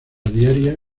diaria